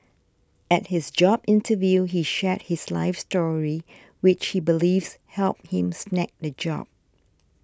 at his job interview he shared his life story which he believes helped him snag the job